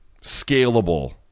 scalable